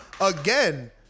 again